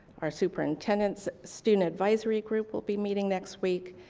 our superintendent's student advisory group will be meeting next week.